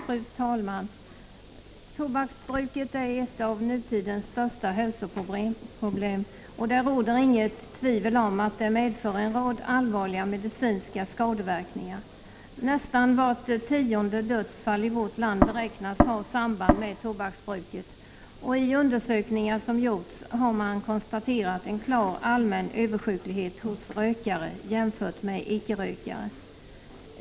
Fru talman! Tobaksbruket är ett av nutidens största hälsoproblem, och det råder inget tvivel om att det medför en rad allvarliga medicinska skadeverkningar. Nästan vart tionde dödsfall i vårt land beräknas ha samband med tobaksbruket, och i undersökningar som gjorts har man konstaterat en klar allmän översjuklighet hos rökare jämfört med icke-rökare.